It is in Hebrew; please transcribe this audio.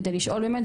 כדי לשאול באמת,